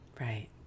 Right